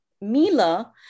Mila